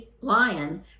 lion